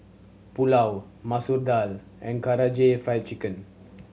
Pulao Masoor Dal and Karaage Fried Chicken